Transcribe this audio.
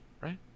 right